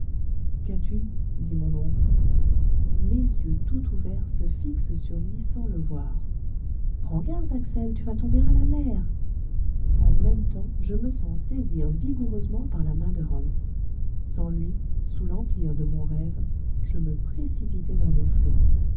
qu'as-tu dit mon oncle mes yeux tout ouverts se fixent sur lui sans le voir prends garde axel tu vas tomber à la mer en même temps je me sens saisir vigoureusement par la main de hans sans lui sous l'empire de mon rêve je me précipitais dans les flots